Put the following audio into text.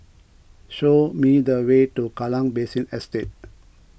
show me the way to Kallang Basin Estate